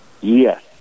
Yes